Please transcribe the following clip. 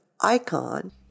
ICON